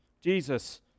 Jesus